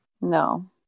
No